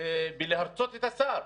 בלרצות את השר.